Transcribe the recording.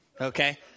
Okay